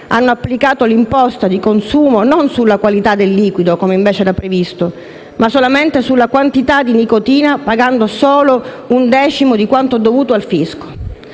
hanno applicato l'imposta di consumo non sulla quantità del liquido (come previsto) ma solamente sulla quantità di nicotina pagando così solo un decimo di quanto dovuto al fisco.